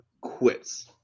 quits